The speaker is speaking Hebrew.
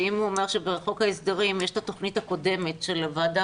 שאם הוא אומר שבחוק ההסדרים יש את התוכנית הקודמת של הוועדה,